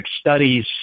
studies